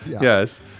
Yes